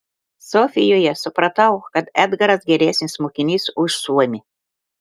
sofijoje supratau kad edgaras geresnis mokinys už suomį